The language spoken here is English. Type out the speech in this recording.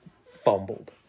fumbled